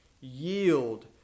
yield